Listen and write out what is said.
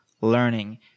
learning